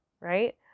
Right